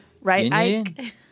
Right